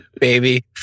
baby